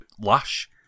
Lush